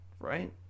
right